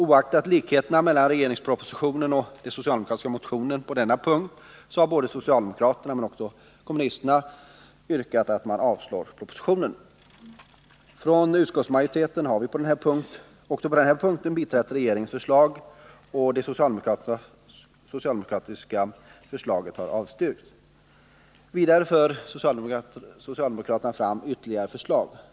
Oaktat likheterna mellan regeringspropositionen och den socialdemokratiska motionen på denna punkt har både socialdemokrater och kommunister yrkat att riksdagen skall avslå propositionen. Utskottsmajoriteten har på denna punkt biträtt regeringens förslag, och det socialdemokratiska förslaget har avstyrkts. Vidare för socialdemokraterna fram ytterligare förslag.